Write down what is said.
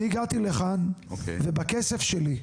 אני הגעתי לכאן, ובכסף שלי,